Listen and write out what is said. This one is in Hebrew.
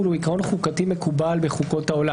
הוא עיקרון חוקתי מקובל בחוקות העולם.